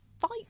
fight